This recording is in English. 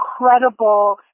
incredible